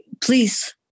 please